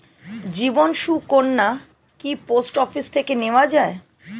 জীবন সুকন্যা কি post office থেকে নেওয়া যায়?